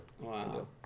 Wow